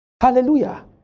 Hallelujah